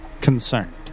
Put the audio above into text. concerned